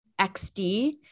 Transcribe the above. xd